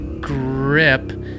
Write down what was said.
Grip